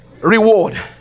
reward